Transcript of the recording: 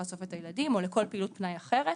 לאסוף את הילדים או לכל פעילות פנאי אחרת,